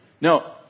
Now